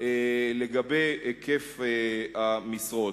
על היקף המשרות.